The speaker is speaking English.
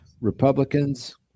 Republicans